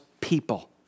people